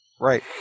Right